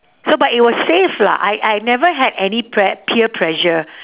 so but it was safe lah I I never had any pre~ peer pressure